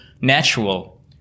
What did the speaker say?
natural